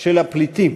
של הפליטים,